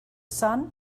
sun